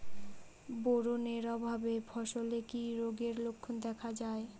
Boron এর অভাবে ফসলে কি রোগের লক্ষণ দেখা যায়?